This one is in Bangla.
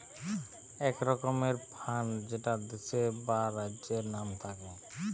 এক রকমের ফান্ড যেটা দেশের বা রাজ্যের নাম থাকে